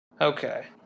Okay